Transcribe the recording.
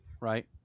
Right